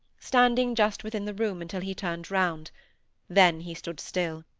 standing just within the room, until he turned round then he stood still.